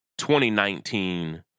2019